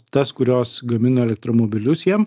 tas kurios gamina elektromobilius jiem